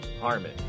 Harmon